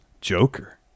Joker